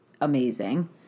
amazing